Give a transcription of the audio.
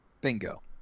Bingo